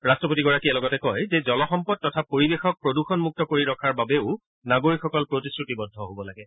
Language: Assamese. ৰাষ্ট্ৰপতিগৰাকীয়ে লগতে কয় যে জলসম্পদ তথা পৰিবেশক প্ৰদূষণমুক্ত কৰি ৰখাৰ বাবেও নাগৰিকসকল প্ৰতিশ্ৰুতিবদ্ধ হ'ব লাগে